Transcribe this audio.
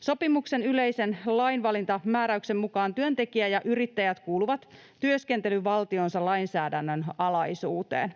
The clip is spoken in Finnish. Sopimuksen yleisen lainvalintamääräyksen mukaan työntekijä ja yrittäjät kuuluvat työskentelyvaltionsa lainsäädännön alaisuuteen.